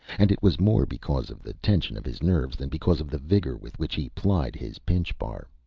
and it was more because of the tension of his nerves than because of the vigor with which he plied his pinchbar,